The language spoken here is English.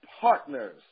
partners